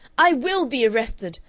i will be arrested!